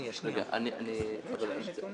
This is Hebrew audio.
אני גם שם.